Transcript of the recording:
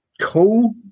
cool